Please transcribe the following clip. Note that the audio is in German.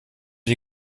die